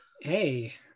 hey